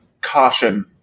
caution